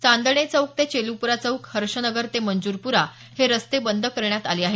चांदणे चौक ते चेलीपुरा चौक हर्षनगर ते मंजुरपुरा हे रस्ते बंद करण्यात करण्यात आले आहेत